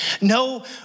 No